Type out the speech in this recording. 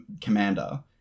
Commander